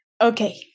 Okay